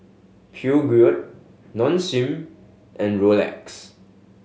Peugeot Nong Shim and Rolex